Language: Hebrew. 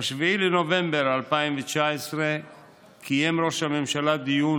ב-7 בנובמבר 2019 קיים ראש הממשלה דיון